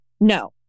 No